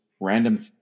random